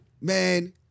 Man